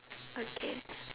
okay